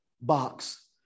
box